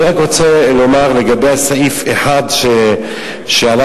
אני רק רוצה לומר לגבי סעיף 1, שבו